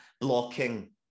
blocking